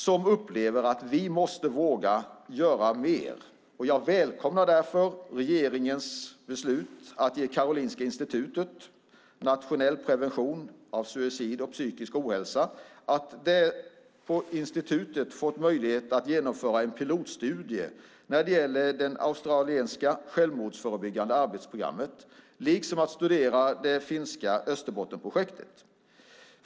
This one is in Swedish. De upplever att vi måste våga göra mer. Jag välkomnar därför regeringens beslut att ge Karolinska Institutet ansvar för nationell prevention av suicid och psykisk ohälsa. Man har på institutet fått möjlighet att genomföra en pilotstudie av det australiensiska självmordsförebyggande arbetsprogrammet liksom att studera det finska Österbottenprojektet.